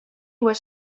was